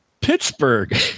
Pittsburgh